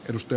rusty